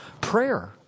prayer